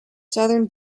southern